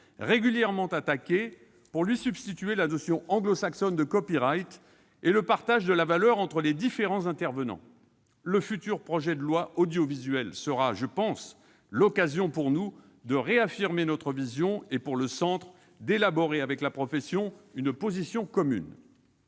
régulièrement attaquée, pour lui substituer la notion anglo-saxonne de et le partage de la valeur entre les différents intervenants. Le futur projet de loi audiovisuel sera, je pense, l'occasion pour nous de réaffirmer notre vision et, pour le Centre, d'élaborer avec la profession une position commune.